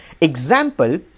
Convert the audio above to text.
example